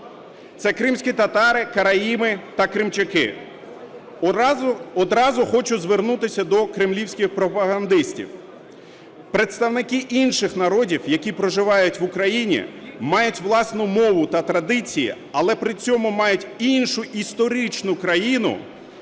це кримські татари, караїми та кримчаки. Одразу хочу звернутися до кремлівських пропагандистів. Представники інших народів, які проживаються в Україні, мають власну мову та традиції, але при цьому мають іншу історичну країну